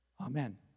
Amen